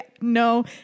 no